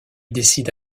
décide